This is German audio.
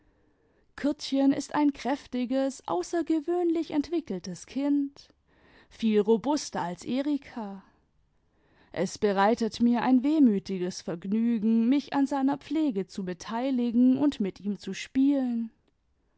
kurtchen ist ein kräftiges außergewöhnlich entwickeltes kind viel robuster als erika es bereitet mir eki wehmütiges vergnügen mich an seiner pflege zu beteiligen und mit ihm zu spielen